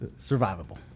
Survivable